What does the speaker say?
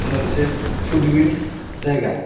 मोनसे फुटहिल्स जायगा